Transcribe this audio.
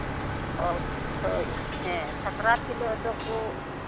ᱦᱚᱭ ᱦᱮᱸ ᱥᱟᱠᱨᱟᱛ ᱦᱤᱞᱳᱜ ᱫᱚᱠᱚ